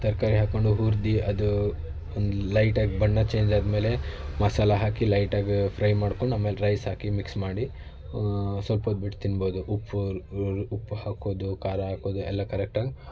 ತರಕಾರಿ ಹಾಕೊಂಡು ಹುರ್ದು ಅದು ಒಂದು ಲೈಟಾಗಿ ಬಣ್ಣ ಚೇಂಜ್ ಆದಮೇಲೆ ಮಸಾಲೆ ಹಾಕಿ ಲೈಟಾಗಿ ಫ್ರೈ ಮಾಡಿಕೊಂಡು ಆಮೇಲೆ ರೈಸ್ ಹಾಕಿ ಮಿಕ್ಸ್ ಮಾಡಿ ಸ್ವಲ್ಪ ಹೊತ್ಬಿಟ್ಟು ತಿನ್ಬೋದು ಉಪ್ಪು ಉಪ್ಪು ಹಾಕೋದು ಖಾರ ಹಾಕೋದು ಎಲ್ಲ ಕರೆಕ್ಟಾಗಿ